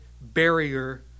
barrier